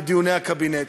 ודיוני הקבינט.